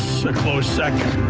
a close second